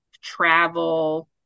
travel